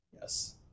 Yes